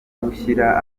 gushyira